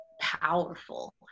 powerful